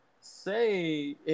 say